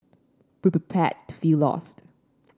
be prepared to feel lost